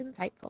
insightful